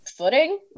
Footing